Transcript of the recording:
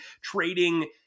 trading